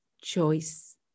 choice